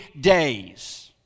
days